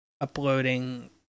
uploading